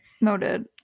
noted